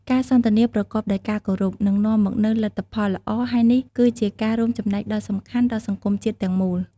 ការសន្ទនាប្រកបដោយការគោរព នឹងនាំមកនូវលទ្ធផលល្អ ហើយនេះគឺជាការរួមចំណែកដ៏សំខាន់ដល់សង្គមជាតិទាំងមូល។